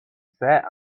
sat